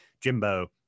Jimbo